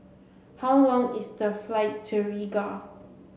how long is the flight to Riga